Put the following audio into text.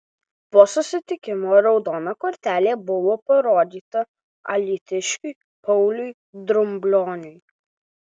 po susitikimo raudona kortelė buvo parodyta alytiškiui pauliui drublioniui